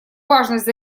важность